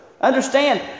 Understand